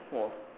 !wah!